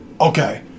Okay